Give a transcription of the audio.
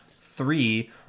three